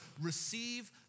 receive